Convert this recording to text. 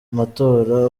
matora